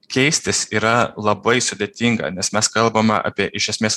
keistis yra labai sudėtinga nes mes kalbame apie iš esmės